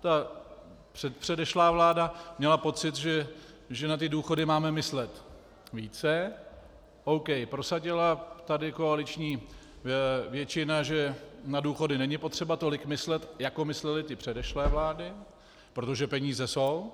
Ta předpředešlá vláda měla pocit, že na ty důchody máme myslet více, OK, prosadila tady koaliční většina, že na důchody není potřeba tolik myslet, jako myslely ty předešlé vlády, protože peníze jsou,